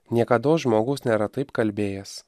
niekados žmogus nėra taip kalbėjęs